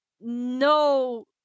no